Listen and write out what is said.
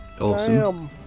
Awesome